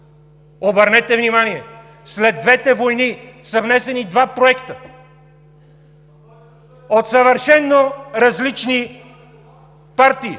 Обърнете внимание – след двете войни са внесени два проекта от съвършено различни партии,